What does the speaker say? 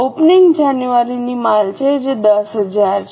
opening જાન્યુઆરીની માલ છે જે 10000 છે